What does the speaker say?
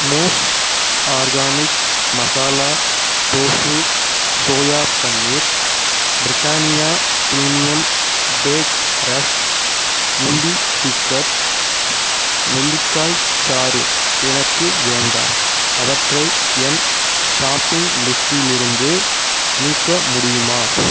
mousse organic masala tofu soya paneer Britannia premium bake rusk இண்டிஸீக்ரெட்ஸ் நெல்லிக்காய்ச் சாறு எனக்கு வேண்டாம் அவற்றை என் ஷாப்பிங் லிஸ்ட்டிலிருந்து நீக்க முடியுமா